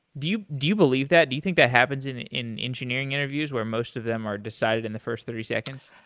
do you do you believe that? do you think that happens in in engineering interviews where most of them are decided in the first thirty seconds?